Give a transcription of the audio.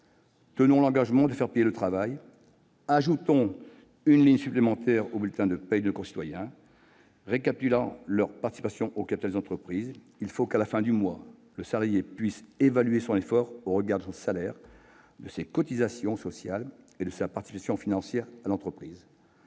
Tenons l'engagement de faire payer le travail, ajoutons une ligne supplémentaire au bulletin de paye de nos concitoyens récapitulant leur participation au capital des entreprises. Il faut qu'à la fin du mois le salarié puisse évaluer son effort au regard de son salaire, de ses cotisations sociales et de sa participation financière à l'entreprise.